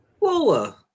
Lola